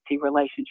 relationship